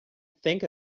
think